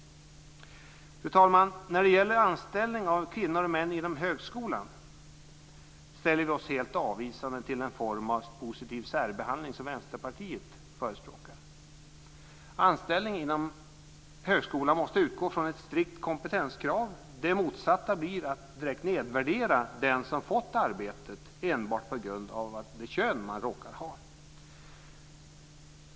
Fru talman! När det gäller anställning av kvinnor och män inom högskolan ställer vi oss helt avvisande till den form av positiv särbehandling som Vänsterpartiet förespråkar. Anställning inom högskolan måste utgå från ett strikt kompetenskrav. Det motsatta blir att direkt nedvärdera den som fått arbetet enbart på grund av det kön man råkar ha.